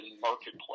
marketplace